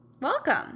welcome